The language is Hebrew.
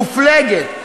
מופלגת,